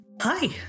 Hi